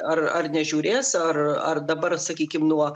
ar ar nežiūrės ar ar dabar sakykim nuo